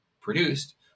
produced